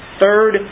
third